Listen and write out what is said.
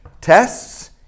Tests